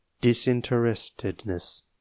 disinterestedness